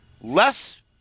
less